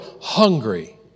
hungry